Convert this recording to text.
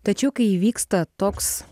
tačiau kai įvyksta toks